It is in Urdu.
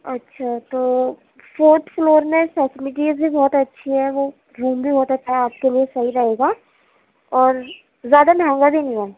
اچھا تو فورتھ فلور میں فیسلٹیز بھی بہت اچھی ہے وہ روم بھی بہت اچھا ہے آپ کے لیے صحیح رہے گا اور زیادہ مہنگا بھی نہیں ہے